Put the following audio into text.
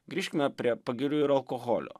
grįžkime prie pagirių ir alkoholio